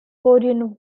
korean